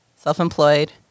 self-employed